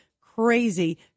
crazy